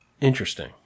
Interesting